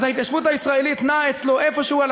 אז ההתיישבות הישראלית נעה אצלו איפשהו על